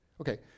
Okay